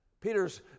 Peter's